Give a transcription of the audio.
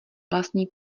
vlastní